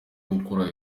gukura